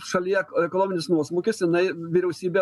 šalyje ekonominis nuosmukis jinai vyriausybė